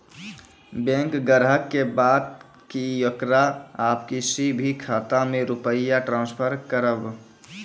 Bank ग्राहक के बात की येकरा आप किसी भी खाता मे रुपिया ट्रांसफर करबऽ?